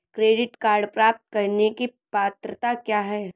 Credit card प्राप्त करने की पात्रता क्या है?